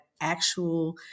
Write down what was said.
actual